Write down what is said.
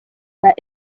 that